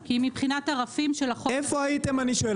כי מבחינת הרפים של החוק --- איפה הייתם אני שואל?